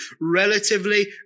relatively